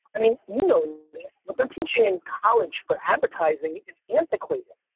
i mean, you know this. what they're teaching in college for advertising is antiquated.